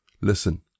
Listen